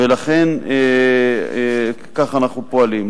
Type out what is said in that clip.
ולכן, כך אנחנו פועלים.